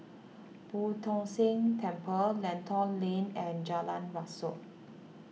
Boo Tong San Temple Lentor Lane and Jalan Rasok